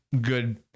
good